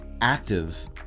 active